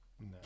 No